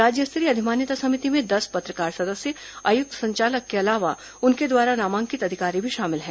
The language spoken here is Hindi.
राज्य स्तरीय अधिमान्यता समिति में दस पत्रकार सदस्य आयुक्त संचालक के अलावा उनके द्वारा नामांकित अधिकारी शामिल हैं